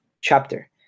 chapter